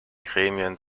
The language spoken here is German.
gremien